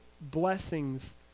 blessings